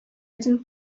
один